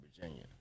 Virginia